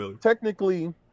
technically